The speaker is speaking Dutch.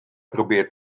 probeert